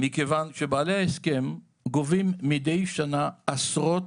מכיוון שבעלי ההסכם גובים מדי שנה עשרות